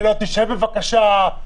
שב בבקשה,